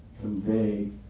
convey